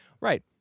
Right